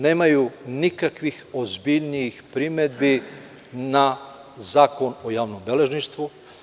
Nemaju nikakvih ozbiljnijih primedbi na Zakon o javnom beležništvu.